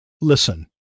Listen